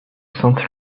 sainte